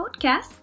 podcast